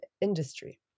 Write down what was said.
industry